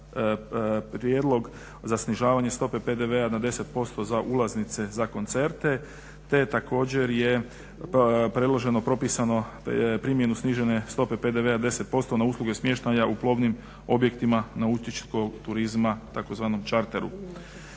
prijedlog za snižavanje stope PDV-a na 10% za ulaznice za koncerte. Te također je predloženo propisano primjenu snižene stope PDV-a 10% na usluge smještaja u plovnim objektima nautičkog turizma, tzv. čarteru.